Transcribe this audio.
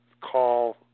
call